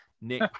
nick